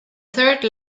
third